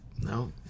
No